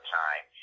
time